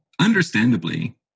understandably